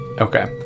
Okay